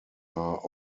are